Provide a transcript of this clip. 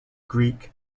greek